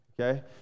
okay